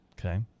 Okay